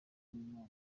w’imana